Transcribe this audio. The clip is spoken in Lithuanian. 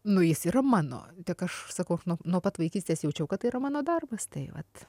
nu jis yra mano tiek aš sakau nuo nuo pat vaikystės jaučiau kad tai yra mano darbas tai vat